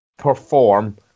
perform